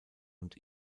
und